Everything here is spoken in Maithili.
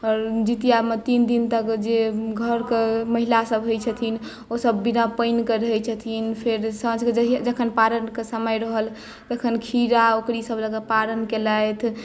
आओर जितियामे तीन दिनतक जे घरके महिला सभ होइ छथिन ओ सभ बिना पानिके रहै छथिन फेर साँझकऽ जखन पारणके समय रहल तखन खीरा अकुड़ी सभ लऽ कऽ पारण केलथि